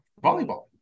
Volleyball